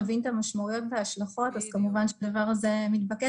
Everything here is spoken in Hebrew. מביא את המשמעויות וההשלכות אז כמובן שהדבר הזה מתבקש.